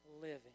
living